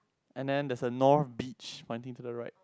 and then there's a north beach pointing to the right